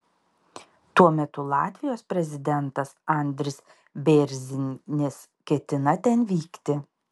tuo metu latvijos prezidentas andris bėrzinis ketina ten vykti